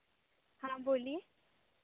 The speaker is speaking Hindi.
हाँ बोलिए